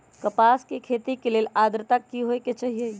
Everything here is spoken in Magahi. कपास के खेती के लेल अद्रता की होए के चहिऐई?